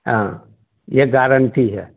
हाँ ये गारंटी है